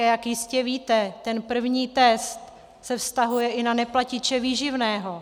Jak jistě víte, ten první test se vztahuje i na neplatiče výživného.